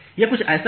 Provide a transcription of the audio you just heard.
यह कुछ ऐसा है